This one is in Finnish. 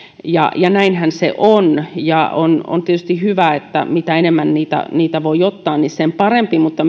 ja ja näinhän se on on tietysti hyvä että mitä enemmän niitä niitä voi ottaa niin sen parempi mutta